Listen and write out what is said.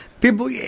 people